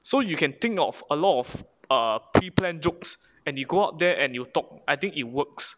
so you can think of a lot of err pre plan jokes and you go out there and you talk I think it works